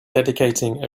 dedicating